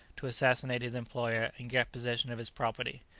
to assassinate his employer, and get possession of his property.